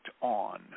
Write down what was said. on